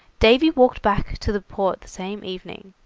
davy walked back to the port the same evening,